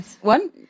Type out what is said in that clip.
One